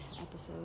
episode